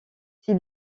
s’il